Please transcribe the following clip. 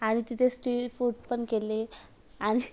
आणि तिथे street food पण केले आणि